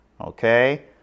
Okay